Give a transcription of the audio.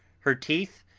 her teeth,